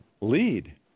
lead